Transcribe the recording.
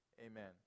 amen